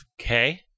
Okay